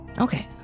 Okay